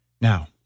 now